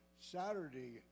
Saturday